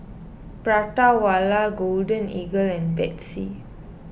Prata Wala Golden Eagle and Betsy